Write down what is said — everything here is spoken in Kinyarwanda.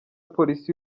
polisi